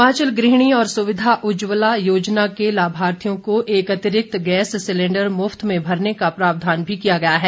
हिमाचल गृहणी और सुविधा उज्जवला योजना के लाभार्थियों को एक अतिरिक्त गैस सिलेंडर मुफ्त में भरने का प्रावधान भी किया गया है